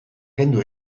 kendu